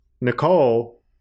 Nicole